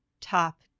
top